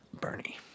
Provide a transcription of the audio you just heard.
Bernie